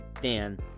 Dan